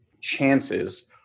chances